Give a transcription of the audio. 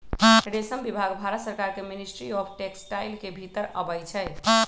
रेशम विभाग भारत सरकार के मिनिस्ट्री ऑफ टेक्सटाइल के भितर अबई छइ